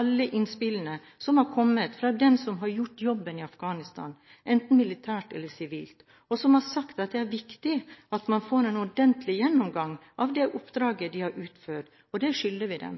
alle innspillene som har kommet fra dem som har gjort jobben – enten militært eller sivilt – i Afghanistan, og som har sagt at det er viktig at man får en ordentlig gjennomgang av det oppdraget de har utført. Det skylder vi